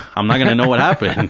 i'm not going to know what happened,